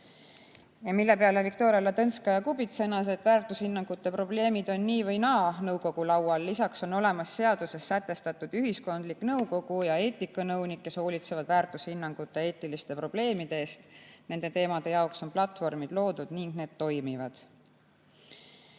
Selle peale Viktoria Ladõnskaja-Kubits sõnas, et väärtushinnangute probleemid on nii või naa nõukogu laual. Lisaks on olemas seaduses sätestatud ühiskondlik nõukogu ja eetikanõunik, kes hoolitsevad väärtushinnangute ja eetiliste probleemide eest. Nende teemade jaoks on platvormid loodud ning need toimivad.